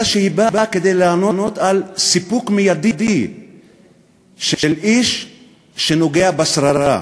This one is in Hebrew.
אלא הוא בא כדי לענות על סיפוק מיידי של איש שנוגע בשררה.